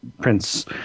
Prince